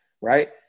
right